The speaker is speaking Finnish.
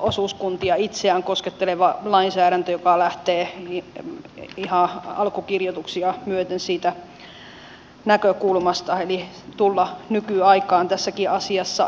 osuuskuntia itseään kosketteleva lainsäädäntö joka lähtee ihan alkukirjoituksia myöten siitä näkökulmasta eli tulla nykyaikaan tässäkin asiassa